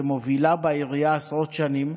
שמובילה בעירייה עשרות שנים.